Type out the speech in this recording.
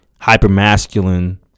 hyper-masculine